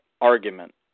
argument